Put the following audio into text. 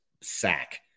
sack